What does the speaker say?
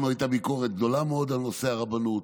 לנו הייתה ביקורת גדולה מאוד על נושא הרבנות